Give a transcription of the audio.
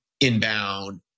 inbound